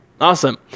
Awesome